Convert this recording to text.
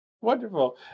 wonderful